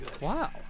Wow